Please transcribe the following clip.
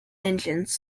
engines